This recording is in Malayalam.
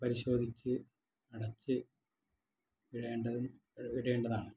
പരിശോധിച്ച് അടച്ച് ഇടേണ്ടതും ഇടേണ്ടതാണ്